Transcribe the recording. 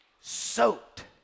soaked